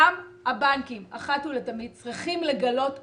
גם הבנקים אחת ולתמיד צריכים לגלות אחריות.